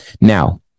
now